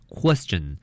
question